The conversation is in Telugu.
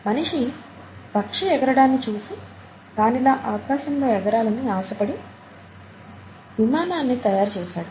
మనిషి పక్షిఎగరడాన్ని చూసి దానిలా ఆకాశంలో ఎగరాలని ఆశపడి విమానాన్ని తయారు చేసాడు